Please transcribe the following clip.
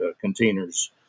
containers